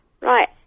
Right